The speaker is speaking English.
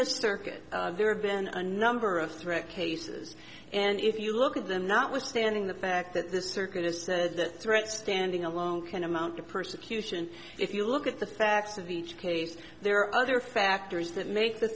the circuit there have been a number of threat cases and if you look at them notwithstanding the fact that this circuit has said that threat standing alone can amount to persecution if you look at the facts of the each case there are other factors that make the